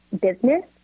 business